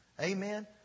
Amen